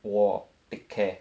我 take care